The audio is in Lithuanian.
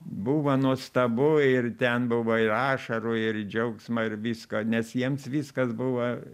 buvo nuostabu ir ten buvo ir ašarų ir džiaugsmo ir visko nes jiems viskas buvo